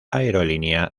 aerolínea